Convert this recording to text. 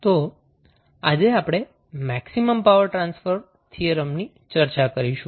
તો આજે આપણે મેક્સિમમ પાવર ટ્રાન્સફર થિયરમની ચર્ચા કરીશું